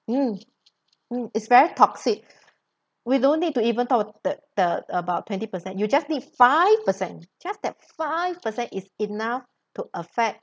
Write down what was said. mm mm it's very toxic we don't need to even talk the the about twenty percent you just need five percent just that five percent is enough to effect